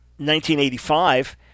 1985